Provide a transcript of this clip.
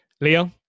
Leo